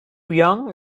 young